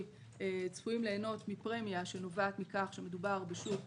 צפויים ליהנות מפרמיה שנובעת מכך שמדובר בשוק